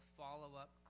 follow-up